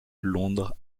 londres